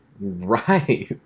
Right